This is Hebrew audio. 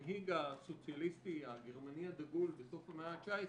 המנהיג הסוציאליסטי הגרמני הדגול בסוף המאה ה-19